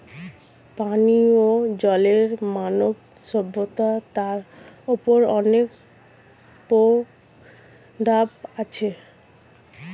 পানিও জলের মানব সভ্যতার ওপর অনেক প্রভাব আছে